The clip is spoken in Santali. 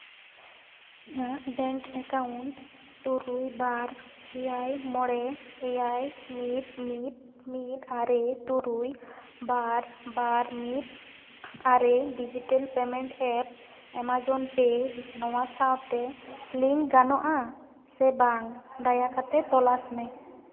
ᱤᱧᱟᱹᱜ ᱵᱮᱝᱠ ᱮᱠᱟᱣᱩᱱᱴ ᱛᱩᱨᱩᱭ ᱵᱟᱨ ᱮᱭᱟᱭ ᱢᱚᱬᱮ ᱮᱭᱟᱭ ᱢᱤᱫ ᱢᱤᱫ ᱢᱤᱫ ᱟᱨᱮ ᱛᱩᱨᱩᱭ ᱵᱟᱨ ᱵᱟᱨ ᱢᱤᱫ ᱟᱨᱮ digital payment app Amazon pay ᱱᱚᱣᱟ ᱥᱟᱶᱛᱮ ᱞᱤᱝᱠ ᱜᱟᱱᱚᱜᱼᱟ ᱥᱮ ᱵᱟᱝ ᱫᱟᱭᱟ ᱠᱟᱛᱮᱫ ᱛᱚᱞᱟᱥ ᱢᱮ